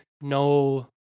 no